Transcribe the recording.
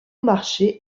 marché